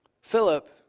Philip